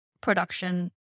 production